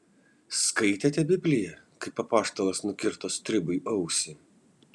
skaitėte bibliją kaip apaštalas nukirto stribui ausį